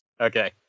Okay